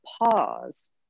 pause